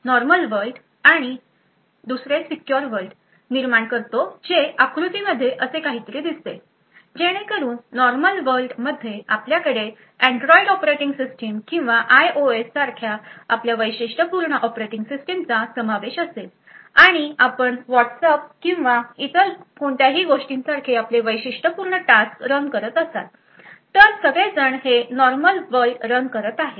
हे एक normal world आणि सीक्युर वर्ल्ड निर्माण करते जे आकृतीमध्ये असे काहीतरी दिसते जेणेकरून नॉर्मल वर्ल्ड मध्ये आपल्याकडे Android ऑपरेटिंग सिस्टम किंवा आयओएस सारख्या आपल्या वैशिष्ट्यपूर्ण ऑपरेटिंग सिस्टमचा समावेश असेल आणि आपण व्हॉट्सअॅप किंवा इतर कोणत्याही गोष्टीसारखे आपले वैशिष्ट्यपूर्ण टास्क रन करत असाल तर सगळेजण हे नॉर्मल वर्ल्ड रन करत आहेत